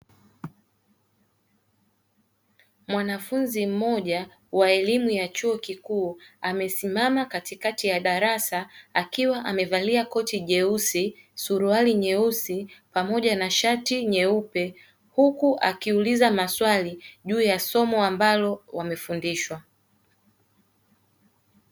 Mwanafunzi mmoja wa elimu ya chuo kikuu amesimama katikati ya darasa akiwa amevalia koti jeusi, suruali nyeusi pamoja na shati nyeupe huku akiuliza maswali juu ya somo ambalo wamefundishwa.